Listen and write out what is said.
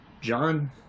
John